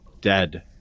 dead